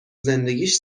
زندگیش